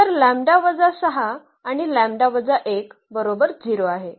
तर लॅम्बडा वजा 6 आणि लॅम्बडा वजा 1 बरोबर 0 आहे